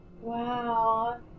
Wow